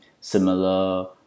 similar